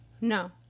No